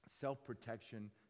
self-protection